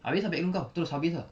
habis ah backroom kau terus habis ah